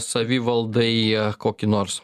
savivaldai kokį nors